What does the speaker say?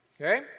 Okay